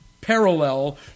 parallel